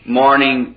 morning